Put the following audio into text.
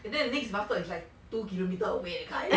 and then the next bus stop is like two kilometre away that kind